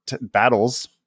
battles